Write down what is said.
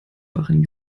waren